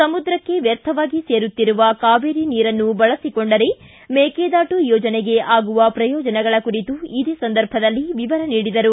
ಸಮುದ್ರಕ್ಕೆ ವ್ಯರ್ಥವಾಗಿ ಸೇರುತ್ತಿರುವ ಕಾವೇರಿ ನೀರನ್ನು ಬಳಸಿಕೊಂಡರೆ ಮೇಕೆದಾಟು ಯೋಜನೆಗೆ ಆಗುವ ಪ್ರಯೋಜನಗಳ ಕುರಿತು ಇದೇ ಸಂದರ್ಭದಲ್ಲಿ ವಿವರ ನೀಡಿದರು